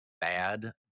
bad